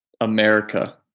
america